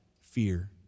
fear